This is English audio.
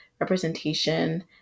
representation